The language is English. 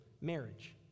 marriage